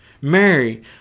Mary